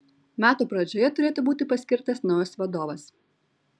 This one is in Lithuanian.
metų pradžioje turėtų būti paskirtas naujas vadovas